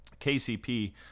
KCP